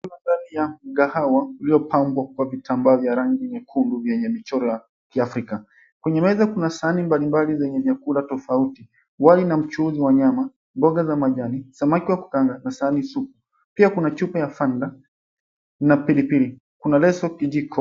...na sahani ya kahawa iliyopambwa kwa vitambaa vya rangi nyekundu vyenye michoro ya Kiafrika. Kwenye meza kuna sahani mbalimbali zenye vyakula tofauti, wali na mchuzi wa nyama, mboga za majani, samaki wa kukaanga na sahani supu. Pia kuna chupa ya Fanta na pilipili. Kuna leso...